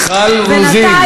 מיכל רוזין